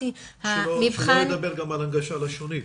שלא לדבר על הנגשה לשונית.